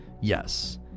Yes